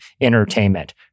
entertainment